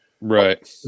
right